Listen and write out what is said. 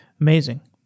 Amazing